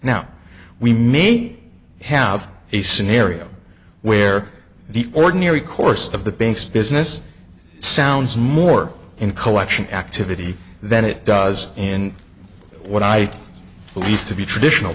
now we may have a scenario where the ordinary course of the bank's business sounds more in collection activity than it does in what i believe to be traditional